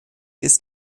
ist